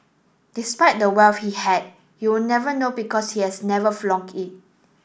despite the wealth he had you would never know because he has never flaunt it